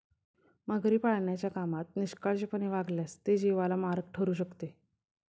मगरी पाळण्याच्या कामात निष्काळजीपणाने वागल्यास ते जीवाला मारक ठरू शकते